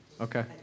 Okay